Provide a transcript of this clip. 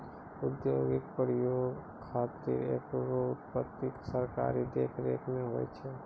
औद्योगिक प्रयोग खातिर एकरो आपूर्ति सरकारी देखरेख म होय छै